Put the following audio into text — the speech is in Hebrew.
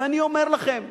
ואני אומר לכם,